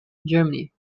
germany